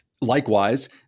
Likewise